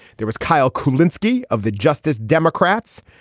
there was kyle kool linsky of the justice democrats.